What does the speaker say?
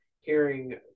hearing